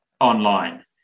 online